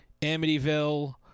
Amityville